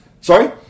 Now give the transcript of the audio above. Sorry